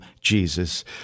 Jesus